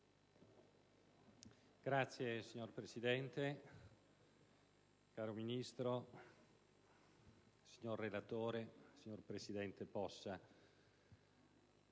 *(PD)*. Signora Presidente, caro Ministro, signor relatore, signor presidente Possa,